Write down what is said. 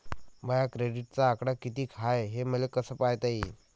माया क्रेडिटचा आकडा कितीक हाय हे मले कस पायता येईन?